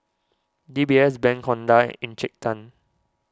D B S Bank Honda and Encik Tan